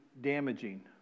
damaging